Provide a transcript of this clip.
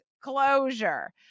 closure